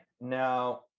now